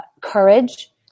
courage